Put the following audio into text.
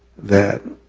that,